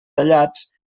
tallats